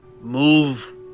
Move